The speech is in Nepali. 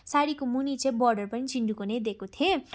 सारी मुनि चाहिँ बोर्डर पनि चिन्डुको नै दिएको थिएँ